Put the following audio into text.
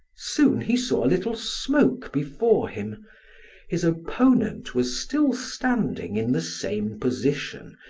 soon he saw a little smoke before him his opponent was still standing in the same position,